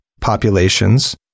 populations